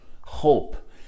hope